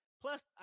Plus